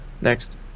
next